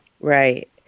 Right